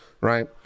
right